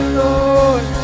lord